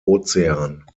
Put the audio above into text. ozean